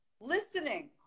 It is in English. listening